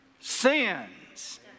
sins